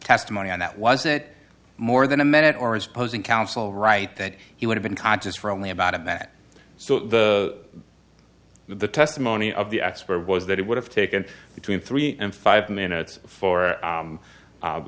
testimony on that was it more than a minute or as posing council right that he would have been conscious for only about him that so the the testimony of the expert was that it would have taken between three and five minutes for